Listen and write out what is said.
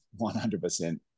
100%